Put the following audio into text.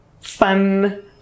fun